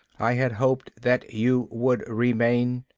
i had hoped that you would remain.